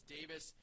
Davis